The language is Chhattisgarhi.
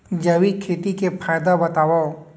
जैविक खेती के फायदा बतावा?